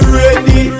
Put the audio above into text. ready